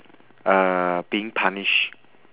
uh being punished